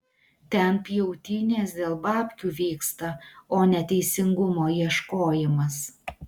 ten pjautynės dėl babkių vyksta o ne teisingumo ieškojimas